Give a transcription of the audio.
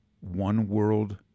one-world